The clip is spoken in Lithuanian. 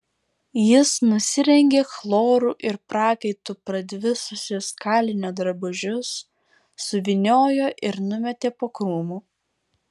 jis nusirengė chloru ir prakaitu pradvisusius kalinio drabužius suvyniojo ir numetė po krūmu